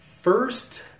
first